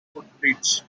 footbridge